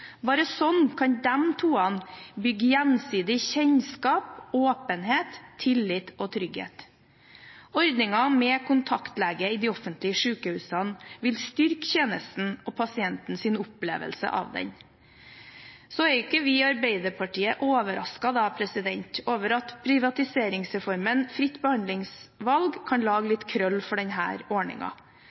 Bare sånn kan de to bygge gjensidig kjennskap, åpenhet, tillit og trygghet. Ordningen med kontaktlege i de offentlige sykehusene vil styrke tjenesten og pasientens opplevelse av den. Vi i Arbeiderpartiet er ikke overrasket over at privatiseringsreformen fritt behandlingsvalg kan lage litt krøll for